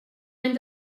any